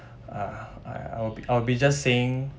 uh I I'll be I'll be just saying